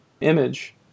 image